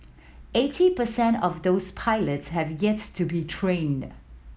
eighty per cent of those pilots have yet to be trained